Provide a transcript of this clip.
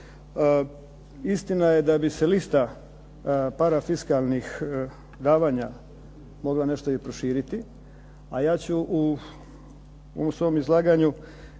Istina je da bi se lista parafiskalnih davanja mogla nešto i proširiti a ja ću u svom izlaganju